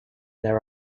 there